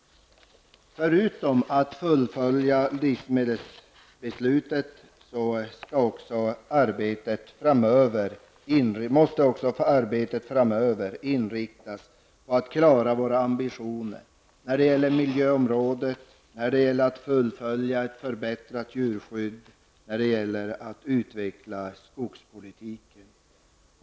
Förutom ett fullföljande av livsmedelsbeslutet måste arbetet framöver inriktas på att klara våra ambitioner på miljöområdet, när det gäller förbättrat djurskydd och när det gäller att utveckla skogspolitiken.